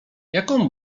jaką